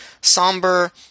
somber